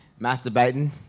Masturbating